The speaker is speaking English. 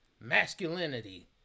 masculinity